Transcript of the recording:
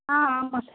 ஆ ஆமாம் சார்